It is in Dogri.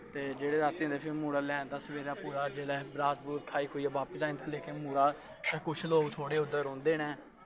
ते जेह्ड़े राती जंदे फिर मुड़ा लै औंदा सबेरे पूरा जेल्लै बरात बरूत खाइयै बापस आई जंदी लेकिन मुड़ा किश लोक थोह्ड़े उद्धर रौंह्दे न